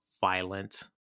violent